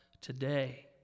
today